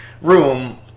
room